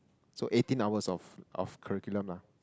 so eighteen hours of of curriculum lah